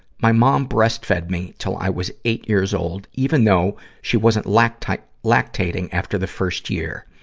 my mom breastfed me til i was eight years old, even though she wasn't lactating lactating after the first year.